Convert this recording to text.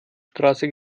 straße